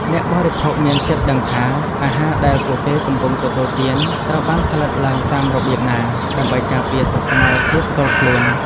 អ្នកបរិភោគមានសិទ្ធិដឹងថា អាហារដែលពួកគេកំពុងទទួលទានត្រូវបានផលិតឡើងតាមរបៀបណា ដើម្បីការពារសុខុមាលភាពផ្ទាល់ខ្លួន។